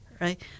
right